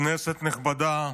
כנסת נכבדה,